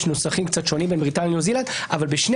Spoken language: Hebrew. יש נוסחים קצת שונים בין בריטניה לניו זילנד אבל בשני